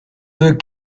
deux